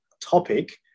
topic